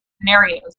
scenarios